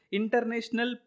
international